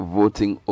voting